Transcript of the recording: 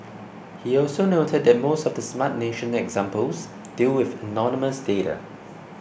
he also noted that most of the Smart Nation examples deal with anonymous data